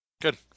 Good